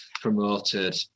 promoted